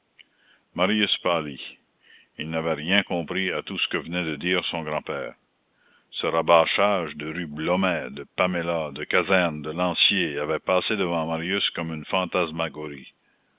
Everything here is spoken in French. marius pâlit il n'avait rien compris à tout ce que venait de dire son grand-père ce rabâchage de rue blomet de paméla de caserne de lancier avait passé devant marius comme une fantasmagorie